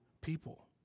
people